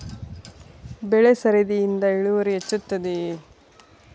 ಬೆಳೆ ಸರದಿಯಿಂದ ಇಳುವರಿ ಹೆಚ್ಚುತ್ತದೆಯೇ?